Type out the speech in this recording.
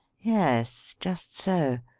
yes! just so.